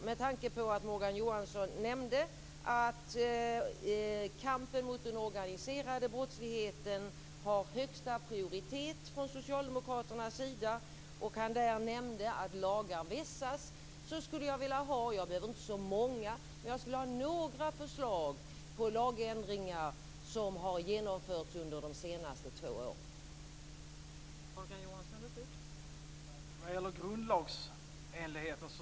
Med tanke på att Morgan Johansson nämnde att kampen mot den organiserade brottsligheten har högsta prioritet från socialdemokraternas sida och han här nämnde att lagar vässas skulle jag också vilja ha några förslag på lagändringar som har genomförts under de senaste två åren. Jag behöver inte så många.